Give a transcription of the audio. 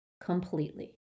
completely